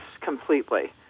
completely